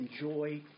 enjoy